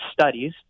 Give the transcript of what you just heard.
Studies